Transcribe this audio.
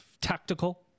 tactical